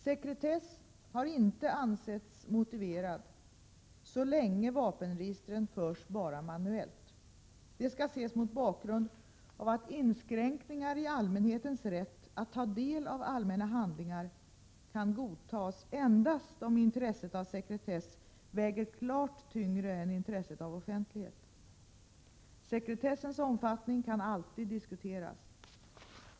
Sekretess har inte ansetts motiverad så länge vapenregistren förts bara manuellt. Det skall ses mot bakgrund av att inskränkningar i allmänhetens rätt att ta del av allmänna handlingar kan godtas endast om intresset av sekretess väger klart tyngre än intresset av offentlighet. Sekretessens omfattning kan alltid diskuteras.